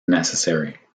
necessary